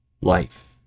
life